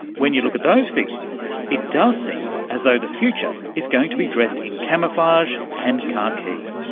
when you look at those figures it does seem as though the future is going to be dressed in camouflage and khaki.